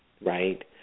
right